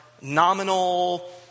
nominal